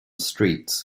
streets